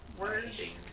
Words